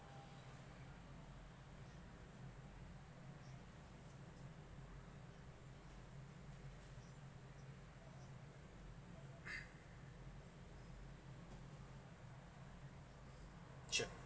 sure